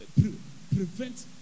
prevent